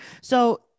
So-